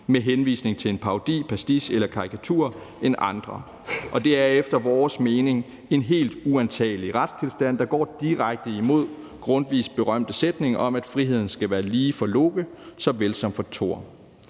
med henvisning til en parodi, en pastiche eller en karikatur end andre, og det er efter vores mening en helt uantagelig retstilstand, der går direkte imod Grundtvigs berømte sætning om, at friheden skal være lige for Loke såvel som for Thor.